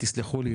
תסלחו לי,